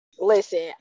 listen